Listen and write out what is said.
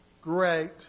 great